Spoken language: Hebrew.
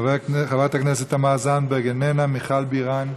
חברת הכנסת תמר זנדברג, איננה, מיכל בירן,